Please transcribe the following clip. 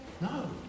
No